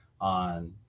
on